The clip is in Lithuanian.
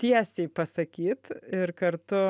tiesiai pasakyt ir kartu